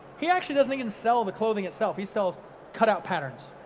he actually doesn't even sell the clothing itself. he sells cut out patterns,